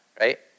right